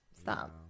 Stop